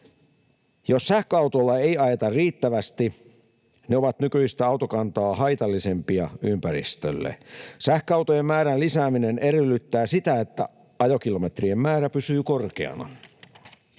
Jos sähköautolla ei ajeta riittävästi, ne ovat nykyistä autokantaa haitallisempia ympäristölle. Sähköautojen määrän lisääminen edellyttää sitä, että ajokilometrien määrä pysyy korkeana.